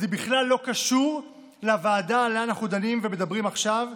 זה בכלל לא קשור לוועדה שבה אנחנו דנים ומדברים עכשיו,